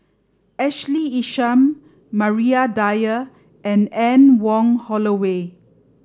Ashley Isham Maria Dyer and Anne Wong Holloway